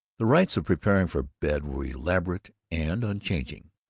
the rites of preparing for bed were elaborate and unchanging.